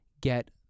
get